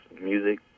music